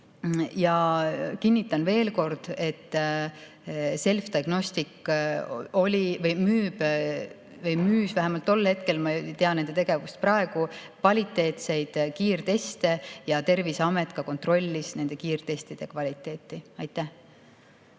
Ja kinnitan veel kord, et Selfdiagnostics müüb või müüs vähemalt tol hetkel – ma ei tea nende tegevust praegu – kvaliteetseid kiirteste ja Terviseamet ka kontrollis nende kiirtestide kvaliteeti. Aitäh!